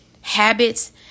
habits